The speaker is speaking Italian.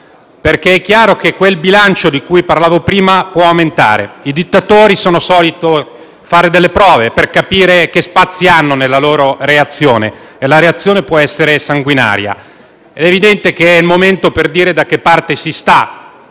È chiaro infatti che il bilancio di cui parlavo prima può aumentare. I dittatori sono soliti fare delle prove per capire che spazi hanno nella loro reazione, che può essere sanguinaria. È evidente che è il momento di dire da che parte si sta.